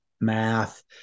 math